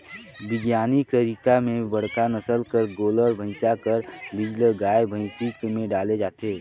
बिग्यानिक तरीका में बड़का नसल कर गोल्लर, भइसा कर बीज ल गाय, भइसी कर में डाले जाथे